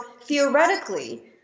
theoretically